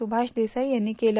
सुभाष देसाई यांनी केलं